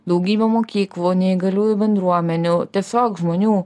daugybę mokyklų neįgaliųjų bendruomenių tiesiog žmonių